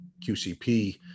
QCP